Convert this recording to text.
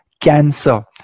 cancer